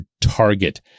target